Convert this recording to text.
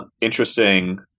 interesting